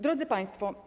Drodzy Państwo!